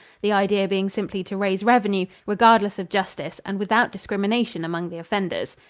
the idea being simply to raise revenue regardless of justice and without discrimination among the offenders.